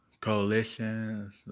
coalitions